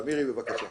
מירי, בבקשה.